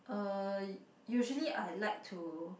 uh usually I like to